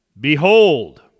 behold